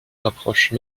approche